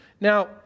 Now